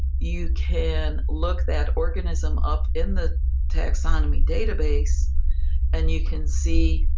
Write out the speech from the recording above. you can look that organism up in the taxonomy data base and you can see,